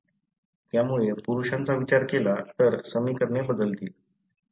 त्यामुळे पुरुषांचा विचार केला तर समीकरणे बदलतील